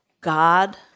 God